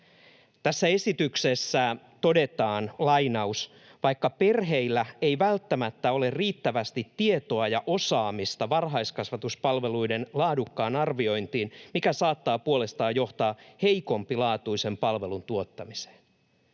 Tässä esityksessä todetaan: ”...vaikka perheillä ei välttämättä ole riittävästi tietoa ja osaamista varhaiskasvatuspalveluiden laadukkuuden arviointiin, mikä saattaa puolestaan johtaa heikompilaatuisen palvelun tuottamiseen.”